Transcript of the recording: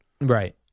Right